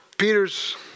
Peter's